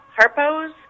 Harpo's